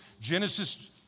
Genesis